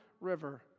River